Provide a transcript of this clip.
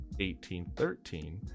1813